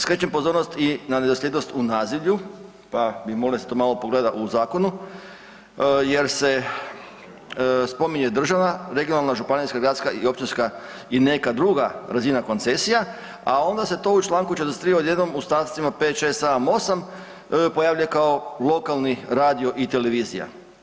Skrećem pozornost i na nedosljednost u nazivlju, pa bih molio da se to malo pogleda u zakonu, jer se spominje državna, regionalna, županijska, gradska i općinska i neka druga razina koncesija, a onda se to u članku 43. odjednom u člancima 5., 6., 7., 8. pojavljuje kao lokalni radio i televizija.